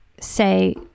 say